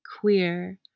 queer